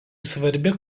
svarbi